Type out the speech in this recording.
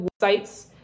sites